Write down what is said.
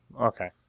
okay